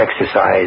exercise